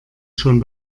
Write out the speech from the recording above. schon